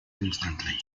instantly